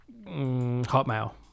Hotmail